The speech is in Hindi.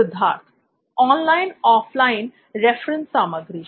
सिद्धार्थ ऑनलाइन ऑफलाइन रेफरेंस सामग्री